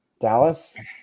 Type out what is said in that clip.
Dallas